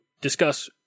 discuss